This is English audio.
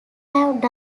done